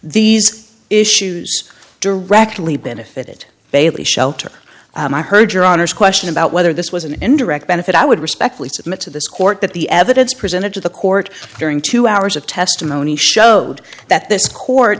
these issues directly benefited bailey shelter and i heard your honor's question about whether this was an indirect benefit i would respectfully submit to this court that the evidence presented to the court during two hours of testimony showed that this court